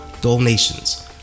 donations